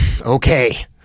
Okay